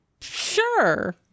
Sure